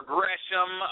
Gresham